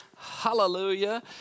hallelujah